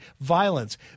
violence